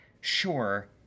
sure